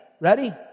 ready